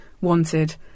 wanted